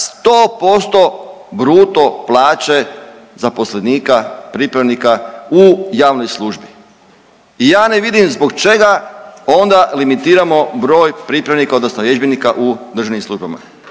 100% bruto plaće zaposlenika pripravnika u javnoj službi. I ja ne vidim zbog čega onda limitiramo broj pripravnika odnosno vježbenika u državnim službama